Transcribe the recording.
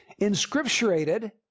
inscripturated